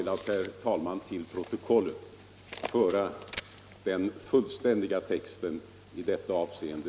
Jag har velat till protokollet foga den fullständiga texten i detta avseende.